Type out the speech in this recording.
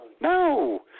No